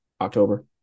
October